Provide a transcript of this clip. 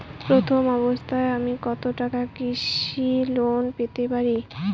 প্রথম অবস্থায় আমি কত টাকা কৃষি লোন পেতে পারি?